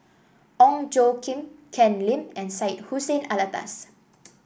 Ong Tjoe Kim Ken Lim and Syed Hussein Alatas